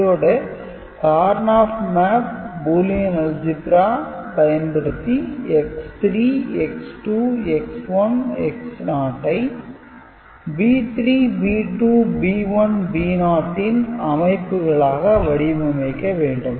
இதோடு "Karnaugh Map" "Boolean Algebra" பயன்படுத்தி X3X2 X1 X0 ஐ B3 B2 B1 B0 ன் அமைப்புகளாக வடிவமைக்க வேண்டும்